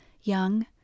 young